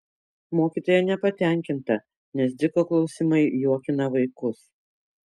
mokytoja nepatenkinta nes dziko klausimai juokina vaikus